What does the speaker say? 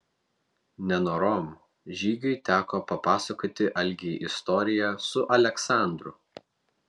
nenorom žygiui teko papasakoti algei istoriją su aleksandru